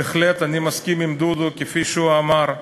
בהחלט אני מסכים עם דודו, כפי שהוא אמר,